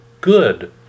good